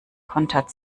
kontert